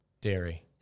Dairy